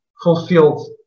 Fulfilled